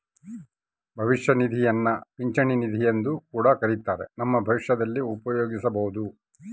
ಭವಿಷ್ಯ ನಿಧಿಯನ್ನ ಪಿಂಚಣಿ ನಿಧಿಯೆಂದು ಕೂಡ ಕರಿತ್ತಾರ, ನಮ್ಮ ಭವಿಷ್ಯದಲ್ಲಿ ಉಪಯೋಗಿಸಬೊದು